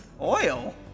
Oil